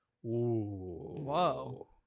Whoa